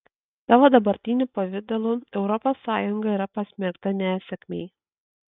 savo dabartiniu pavidalu europos sąjunga yra pasmerkta nesėkmei